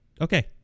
okay